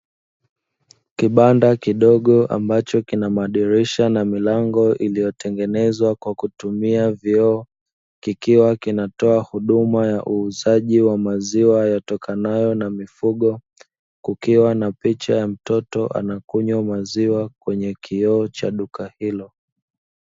Kibanda kidogo ambacho kina madirisha na milango iliyotengenezwa kwa kutumia vioo kikiwa kinatoa huduma ya uuzaji wa maziwa yatokanayo na mifugo, kukiwa na picha ya mtoto anakunywa maziwa kwenye kioo cha duka hilo.